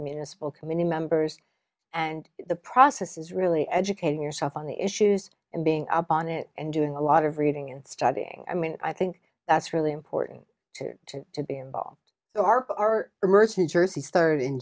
the municipal community members and the process is really educating yourself on the issues and being up on it and doing a lot of reading and studying i mean i think that's really important too to be involved you are immersed in jersey started in